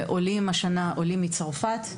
השנה אנחנו מתמקדים בעולים מצרפת,